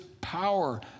power